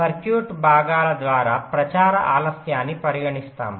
circuit భాగాల ద్వారా ప్రచార ఆలస్యాన్ని పరిగణిస్తాము